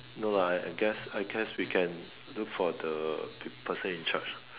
no lah I guess I guess we can look for the person in charge ah